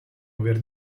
aver